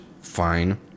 fine